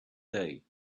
day